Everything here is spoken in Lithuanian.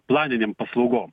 planinėm paslaugom